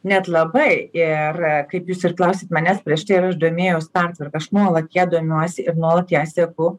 net labai ir kaip jūs ir klausėt manęs prieš tai ar aš domėjaus pertvarka aš nuolat ja domiuosi nuolat ją seku